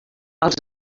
els